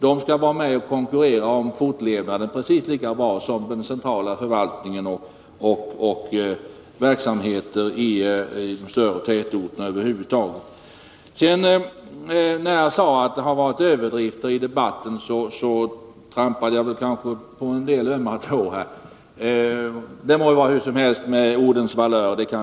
De skall vara med och konkurrera om fortlevnaden precis lika bra som den centrala förvaltningen och verksamheter i de större tätorterna över huvud taget. När jag sade att det har förekommit överdrifter i debatten, trampade jag kanske på en del ömma tår. Det handlar om ordens valör.